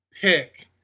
pick